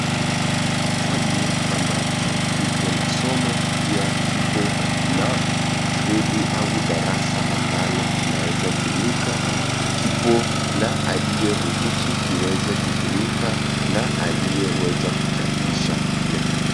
Kitabu ambacho kipo na somo, pia kipo na gredi au darasa ambalo kinaeza tumika kipo na aliyeruhusu kiweze kutumika, na aliyeweza kuchapisha pia.